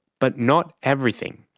but not everything.